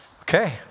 okay